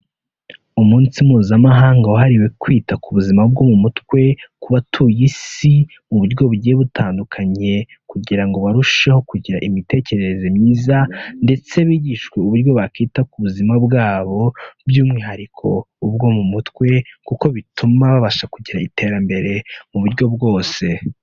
Umunsi Mpuzamahanga wahariwe kwita ku buzima bwo mu mutwe ku batuye isi mu buryo bugiye butandukanye, kugira ngo barusheho kugira imitekerereze myiza ndetse bigishwe uburyo bakita ku buzima bwabo, by'umwihariko ubwo mu mutwe kuko bituma babasha kugira iterambere mu buryo bwose.